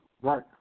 Right